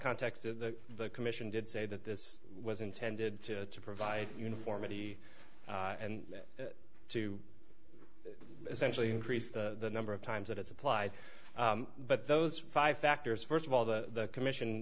context the the commission did say that this was intended to provide uniformity and to essentially increase the number of times that it's applied but those five factors first of all the commission